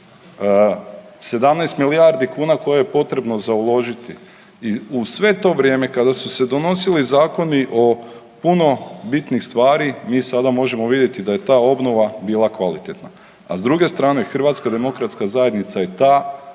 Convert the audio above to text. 17 milijardi kuna koje je potrebno za uložiti i u sve to vrijeme kada su se donosili zakoni oko puno bitnijih stvari mi sada možemo vidjeti da je ta obnova bila kvalitetna. A s druge strane Hrvatska demokratska zajednica je ta